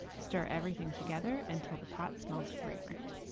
stir everything together until the pot smells fragrant.